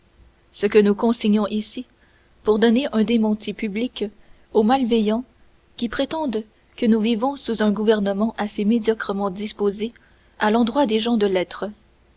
ce que nous consignons ici pour donner un démenti public aux malveillants qui prétendent que nous vivons sous un gouvernement assez médiocrement disposé à l'endroit des gens de lettres